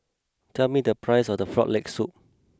tell me the price of Frog Leg Soup